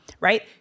right